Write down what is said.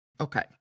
Okay